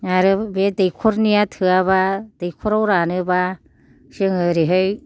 आरो बे दैख'रनिया थोआबा दैख'राव रानोबा जोङो ओरैहाय